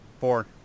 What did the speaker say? Four